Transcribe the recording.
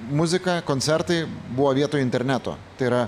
muzika koncertai buvo vietoj interneto tai yra